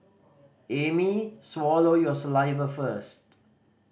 Amy swallow your saliva first